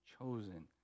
chosen